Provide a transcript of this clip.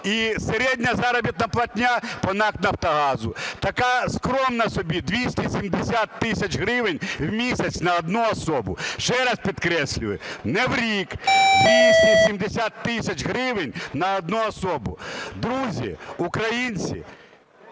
І середня заробітна платня по НАК "Нафтогазу", така скромна собі 270 тисяч гривень в місяць на одну особу. Ще раз підкреслюю, не в рік, 270 тисяч гривень на одну особу. Друзі, українці,